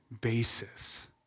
basis